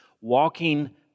walking